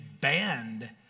banned